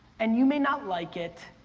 and you may not like it,